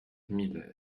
mille